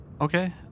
Okay